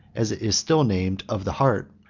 as it is still named, of the hart,